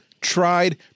tried